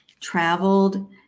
traveled